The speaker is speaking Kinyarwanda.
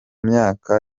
myaka